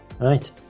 Right